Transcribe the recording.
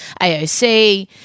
AOC